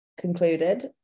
concluded